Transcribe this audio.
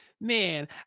man